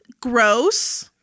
gross